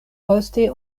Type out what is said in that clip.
poste